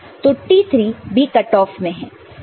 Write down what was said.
तो T3 भी cut off में है